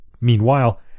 Meanwhile